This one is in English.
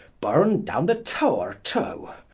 burne downe the tower too.